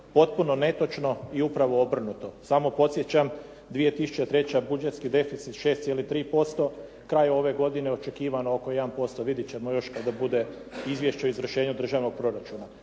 Potpuno netočno i upravo obrnuto. Samo podsjećam, 2003. budžetski deficit 6,3%, kraj ove godine očekivano oko 1%, vidjet ćemo još kada bude Izvješće o izvršenju državnog proračuna.